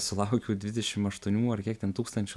sulaukiau dvidešim aštuonių ar kiek ten tūkstančių